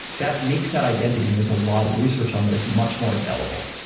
that makes that identity, and there's a lot of research on this, much more available,